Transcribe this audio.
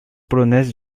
polonaise